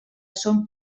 són